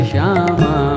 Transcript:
Shama